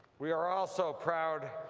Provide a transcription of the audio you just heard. we are also proud